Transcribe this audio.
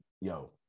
yo